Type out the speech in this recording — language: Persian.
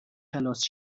خلاص